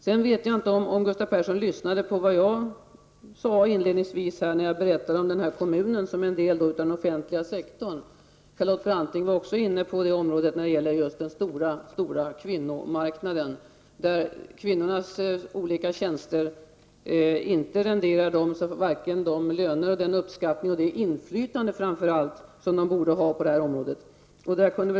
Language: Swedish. Jag vet inte om Gustav Persson lyssnade på vad jag sade inledningsvis, när jag talade om kommunen som en del av den offentliga sektorn. Charlotte Branting var också inne på att kommunerna utgör den stora kvinnoarbetsmarknaden, där kvinnornas olika tjänster inte renderar vare sig de löner, den uppskattning eller det inflytande framför allt som de borde få på detta område.